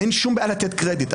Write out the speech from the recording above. אין שום בעיה לתת קרדיט.